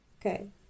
Okay